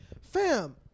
fam